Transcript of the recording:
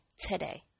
today